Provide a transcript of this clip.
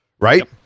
Right